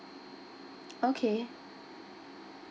okay